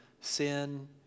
sin